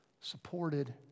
supported